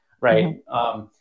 right